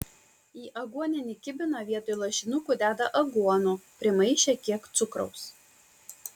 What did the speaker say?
į aguoninį kibiną vietoj lašinukų deda aguonų primaišę kiek cukraus